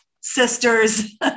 sisters